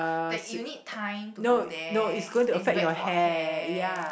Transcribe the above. that you need time to go there it's bad for hair